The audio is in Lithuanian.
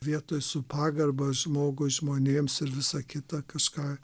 vietoj su pagarba žmogui žmonėms ir visa kita kažką